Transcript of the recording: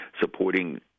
supporting